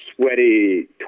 sweaty